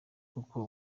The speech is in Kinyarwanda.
kuko